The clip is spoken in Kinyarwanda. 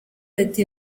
ati